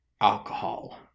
alcohol